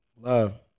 Love